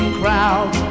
crowd